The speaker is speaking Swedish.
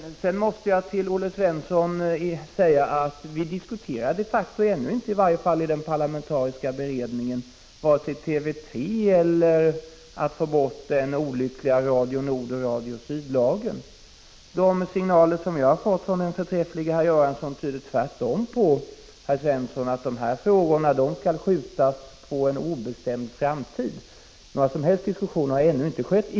Jag måste säga till Olle Svensson att vi diskuterar de facto inte — i varje fall inte ännu — i den parlamentariska beredningen vare sig TV 3 eller möjligheterna att få bort den olyckliga Radio Nordoch Radio Syd-lagen. De signaler som jag har fått från herr Göransson tyder tvärtom på att dessa frågor skall skjutas på en obestämd framtid. Några som helst diskussioner har ännu inte förekommit.